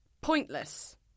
Pointless